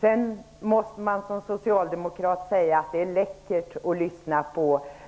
Jag måste som socialdemokrat säga att det är läckert att lyssna